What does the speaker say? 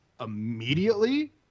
immediately